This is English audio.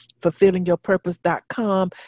fulfillingyourpurpose.com